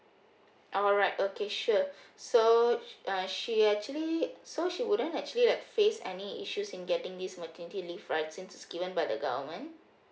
alright okay sure so uh she actually so she wouldn't actually have face any issues in getting this maternity leave right since it's given by the government